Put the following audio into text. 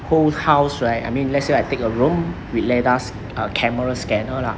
whole house right I mean let's say I take a room with LiDAR uh camera scanner lah